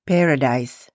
Paradise